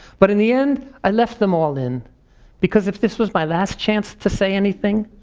but in the end, i left them all in because if this was my last chance to say anything,